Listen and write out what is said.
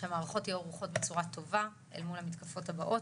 שהמערכות יהיו ערכות בצורה טובה אל מול המתקפות הבאות.